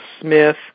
Smith